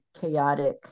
chaotic